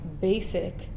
basic